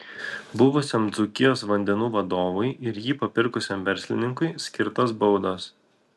buvusiam dzūkijos vandenų vadovui ir jį papirkusiam verslininkui skirtos baudos